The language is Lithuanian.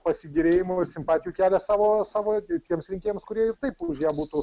pasigėrėjimo ir simpatijų kelia savo savo tiems rinkėjams kurie ir taip už ją būtų